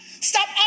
stop